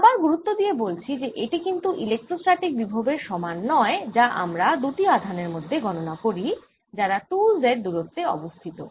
আমি আবার গুরুত্ব দিয়ে বলছি যে এটি কিন্তু ইলেক্ট্রস্ট্যাটিক বিভবের সমান নয় যা আমরা দুটি আধানের মধ্যে গননা করি যারা 2 Z দূরত্বে অবস্থিত